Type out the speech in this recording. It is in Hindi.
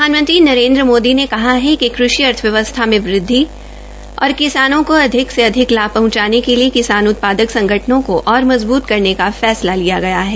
प्रधानमंत्री नरेन्द्र मोदी ने कहा है कि कृषि अर्थव्यवस्था में वृद्धि और किसानों को अधिक से अधिक लाभ पहुंचाने के लिए किसान उत्पादक संगठनों को और मजबूत करने का फैसला लिया गया है